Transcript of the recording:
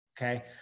Okay